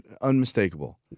unmistakable